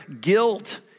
guilt